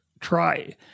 try